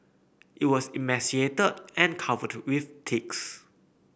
it was emaciated and covered to with ticks